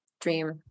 dream